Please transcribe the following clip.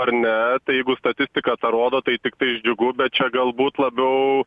ar ne tai jeigu statistika tą rodo tai tiktais džiugu bet čia galbūt labiau